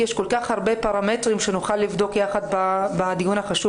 יש כל כך הרבה פרמטרים שנוכל לבדוק יחד בדיון החשוב